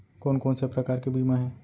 कोन कोन से प्रकार के बीमा हे?